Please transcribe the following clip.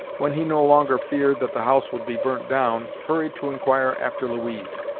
when he no longer feared that the house would be burnt down, hurried to inquire after louise.